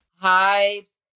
hives